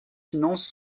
finances